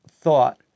thought